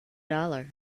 dollar